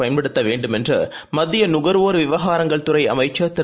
பயன்படுத்த வேண்டும் என்று மத்திய நுகர்வோர் விவகாரங்கள் துறை அமைச்சர் திரு